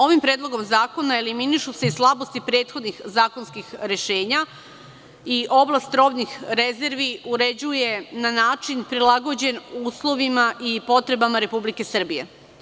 Ovim predlogom zakona eliminišu se i slabosti prethodnih zakonskih rešenja i oblast robnih rezervi uređuje se na način prilagođen uslovima i potrebama Republike Srbije.